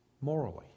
morally